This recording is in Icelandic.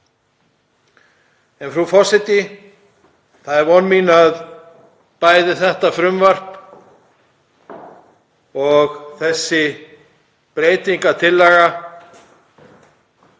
Frú forseti. Það er von mín að bæði þetta frumvarp og þessi breytingartillaga